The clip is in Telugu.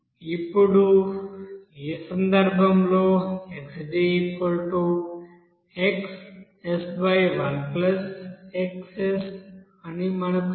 ఇప్పుడు ఈ సందర్భంలో xDxs1xs అని మనకు తెలుసు